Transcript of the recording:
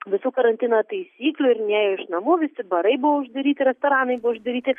visų karantino taisyklių ir nėjo iš namų visi barai buvo uždaryti restoranai buvo uždaryti